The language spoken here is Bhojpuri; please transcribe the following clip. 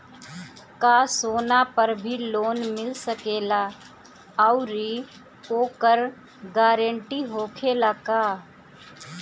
का सोना पर भी लोन मिल सकेला आउरी ओकर गारेंटी होखेला का?